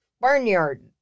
barnyard